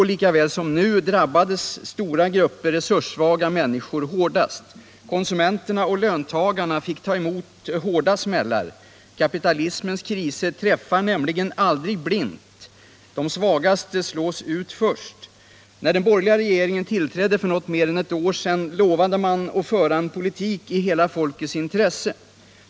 Då, lika väl som nu, drabbades den stora gruppen resurssvaga människor hårdast. Konsumenterna och löntagarna fick ta emot hårda smällar. Kapitalismens kriser träffar nämligen aldrig blint. De svagaste slås ut först. När den borgerliga regeringen tillträdde för något mer än ett år sedan lovade man att föra en politik i hela folkets intresse.